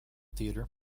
theatre